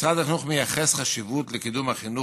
משרד החינוך מייחס חשיבות לקידום החינוך